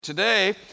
Today